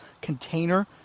container